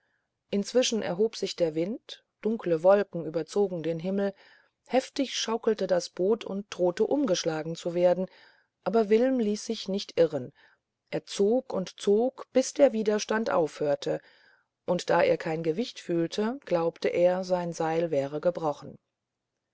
inzwischen erhob sich der wind dunkle wolken überzogen den himmel heftig schaukelte das boot und drohte umzuschlagen aber wilm ließ sich nichts irren er zog und zog bis der wider stand aufhörte und da er kein gewicht fühlte glaubte er sein seil wäre gebrochen